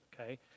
Okay